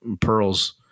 pearls